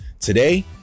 Today